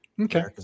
Okay